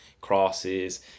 crosses